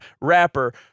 rapper